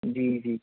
جی جی